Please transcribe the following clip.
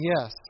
yes